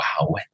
wow